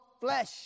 flesh